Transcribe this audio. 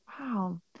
Wow